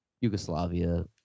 Yugoslavia